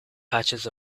patches